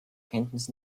kenntnis